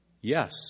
Yes